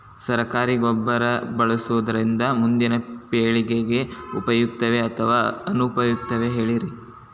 ಸರಕಾರಿ ಗೊಬ್ಬರ ಬಳಸುವುದರಿಂದ ಮುಂದಿನ ಪೇಳಿಗೆಗೆ ಉಪಯುಕ್ತವೇ ಅಥವಾ ಅನುಪಯುಕ್ತವೇ ಹೇಳಿರಿ